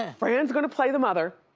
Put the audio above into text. and fran's gonna play the mother.